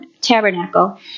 tabernacle